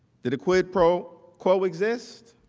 did a quid pro quo exist?